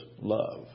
love